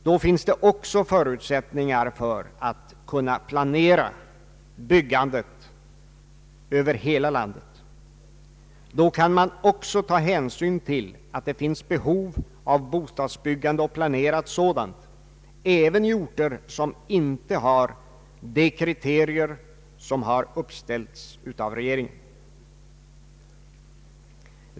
Då finns det också förutsättningar för att kunna planera byggandet över hela landet. Då kan man ta hänsyn till att det finns behov av bostadsbyggande och planerat sådant även i orter som inte har de kriterier som har uppställts av regeringen.